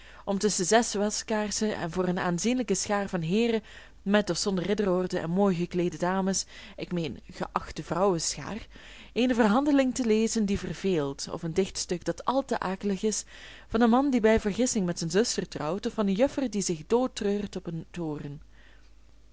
om tusschen zes waskaarsen en voor een aanzienlijke schaar van heeren met en zonder ridderorden en mooi gekleede dames ik meen geachte vrouwenschaar eene verhandeling te lezen die verveelt of een dichtstuk dat al te akelig is van een man die bij vergissing met zijn zuster trouwt of van een juffer die zich dood treurt op een toren